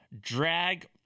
drag